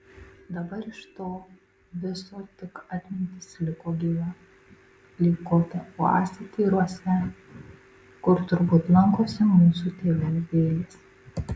dabar iš to viso tik atmintis liko gyva lyg kokia oazė tyruose kur turbūt lankosi mūsų tėvų vėlės